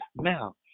now